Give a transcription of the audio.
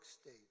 state